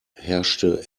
herrschte